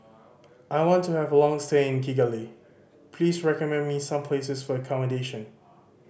I want to have a long stay in Kigali please recommend me some places for accommodation